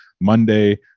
Monday